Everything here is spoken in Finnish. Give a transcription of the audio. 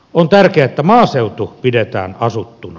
on tärkeää että maaseutu pidetään asuttuna